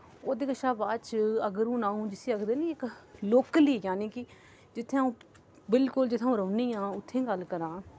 ओह्दे कशा बाद च अगर हुन अ'ऊं जिसी आखदे निं इक लोह्कली जानी के जित्थै अ'ऊं बिल्कुल जित्थै अ'ऊं रौह्न्नी आं उत्थूं दी गल्ल करां